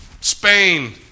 Spain